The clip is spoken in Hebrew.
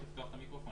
פשוט,